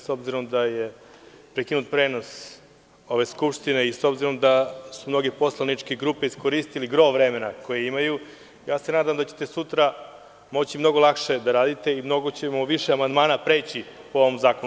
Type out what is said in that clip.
S obzirom da je prekinut prenos Skupštine i s obzirom da su mnoge poslaničke grupe iskoristile gro vremena koje imaju, nadam se da ćete sutra moći mnogo lakše da radite i mnogo ćemo više amandmana preći po ovom zakonu.